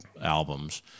albums